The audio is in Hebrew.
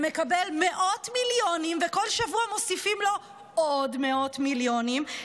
שמקבל מאות מיליונים וכל שבוע מוסיפים לו עוד מאות מיליונים,